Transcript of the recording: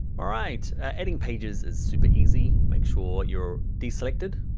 all right, adding pages is super easy. make sure your deselected.